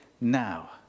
now